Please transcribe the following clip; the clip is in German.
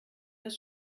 das